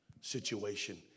situation